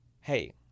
Hey